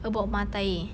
about matair